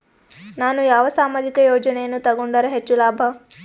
ನಾನು ಯಾವ ಸಾಮಾಜಿಕ ಯೋಜನೆಯನ್ನು ತಗೊಂಡರ ಹೆಚ್ಚು ಲಾಭ?